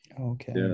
Okay